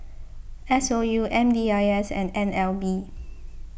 S O U M D I S and N L B